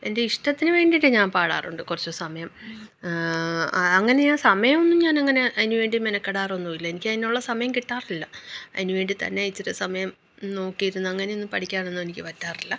എന്റെ ഇഷ്ടത്തിനു വേണ്ടിയിട്ട് ഞാൻ പാടാറുണ്ട് കുറച്ചു സമയം അങ്ങനെ ഞാൻ സമയമൊന്നും ഞാനങ്ങനെ അതിനുവേണ്ടി മെനക്കെടാറൊന്നുമില്ല എനിക്കതിനുള്ള സമയം കിട്ടാറില്ല അതിനുവേണ്ടി തന്നെ ഇച്ചിരി സമയം നോക്കിയിരുന്നു അങ്ങനെയൊന്നും പഠിക്കാനൊന്നും എനിക്ക് പറ്റാറില്ല